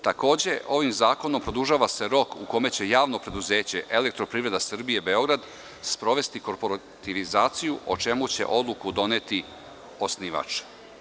Takođe, ovim zakonom produžava se rok u kome će javno preduzeće „Elektroprivreda Srbije Beograd“ sprovesti korporativizaciju, o čemu će odluku doneti osnivač.